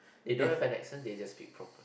they don't have the accent they just speak proper